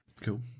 Cool